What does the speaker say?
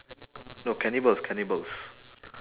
no cannibals cannibals